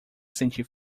sentir